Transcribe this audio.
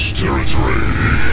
territory